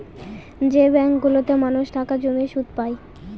যে ব্যাঙ্কগুলোতে মানুষ টাকা জমিয়ে সুদ পায়